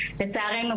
לצערנו,